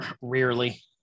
Rarely